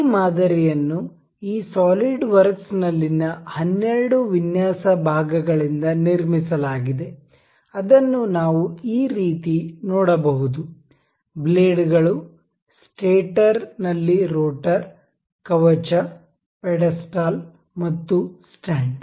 ಈ ಮಾದರಿಯನ್ನು ಈ ಸಾಲಿಡ್ವರ್ಕ್ಸ್ ನಲ್ಲಿನ 12 ವಿನ್ಯಾಸ ಭಾಗಗಳಿಂದ ನಿರ್ಮಿಸಲಾಗಿದೆ ಅದನ್ನು ನಾವು ಈ ರೀತಿ ನೋಡಬಹುದು ಬ್ಲೇಡ್ಗಳು ಸ್ಟೇಟರ್ ನಲ್ಲಿ ರೋಟರ್ ಕವಚ ಪೆಡೆಸ್ಟಾಲ್ ಮತ್ತು ಸ್ಟ್ಯಾಂಡ್